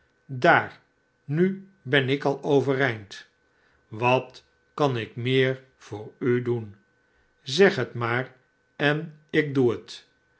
daar nu ben ik al overeind wat kan ik meer voor u doen zeg het maar en ik doe het